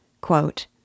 Quote